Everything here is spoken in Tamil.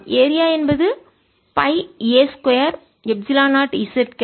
ஏரியா என்பது pi a 2 epsilon naught z gap